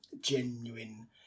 genuine